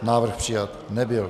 Návrh přijat nebyl.